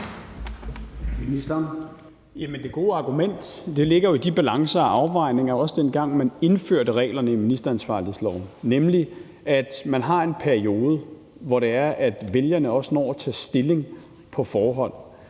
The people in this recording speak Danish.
Det gode argument ligger jo i de balancer og afvejninger, også dengang man indførte reglerne, i ministeransvarlighedsloven, nemlig at man har en periode, hvor det er, at vælgerne også når at tage stilling på forhånd.